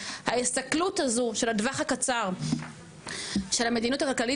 ההסתכלות הזו של הטווח הקצר של המדיניות הכלכלית